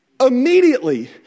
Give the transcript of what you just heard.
immediately